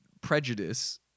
prejudice